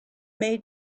may